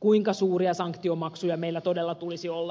kuinka suuria sanktiomaksuja meillä todella tulisi olla